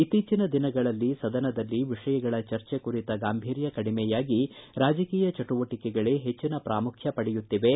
ಇತ್ತೀಚಿನ ದಿನಗಳಲ್ಲಿ ಸದನದಲ್ಲಿ ವಿಷಯಗಳ ಚರ್ಚೆ ಕುರಿತ ಗಾಂಭೀರ್ಯ ಕಡಿಮೆಯಾಗಿ ರಾಜಕೀಯ ಚಟುವಟಕೆಗಳೇ ಹೆಚ್ಚಿನ ಪ್ರಾಮುಖ್ಯ ಪಡೆಯುತ್ತಿವೆ